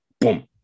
Boom